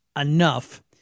enough